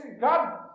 God